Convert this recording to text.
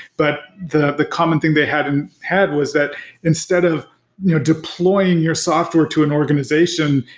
but the the common thing they hadn't had was that instead of you know deploying your software to an organization,